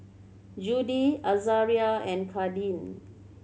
Judie Azaria and Kadin